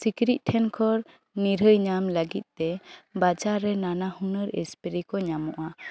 ᱥᱤᱠᱲᱤᱡ ᱴᱷᱮᱱ ᱠᱷᱚᱱ ᱱᱤᱨᱟᱹᱭ ᱧᱟᱢ ᱞᱟᱹᱜᱤᱫ ᱛᱮ ᱵᱟᱡᱟᱨᱮ ᱱᱟᱱᱟ ᱦᱩᱱᱟᱹᱨ ᱥᱯᱮᱨᱮ ᱠᱚ ᱧᱟᱢᱚᱜᱼᱟ